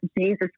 Jesus